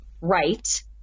right